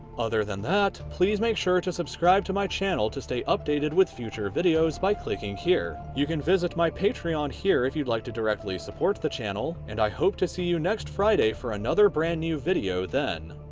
other than that please make sure to subscribe to my channel to stay updated with future videos by clicking here. you can visit my patreon here if you'd like to directly support the channel and i hope to see you next friday for another brand new video then.